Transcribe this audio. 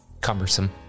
Cumbersome